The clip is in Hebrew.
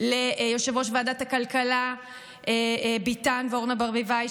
ליושב-ראש ועדת הכלכלה ביטן ולאורנה ברביבאי,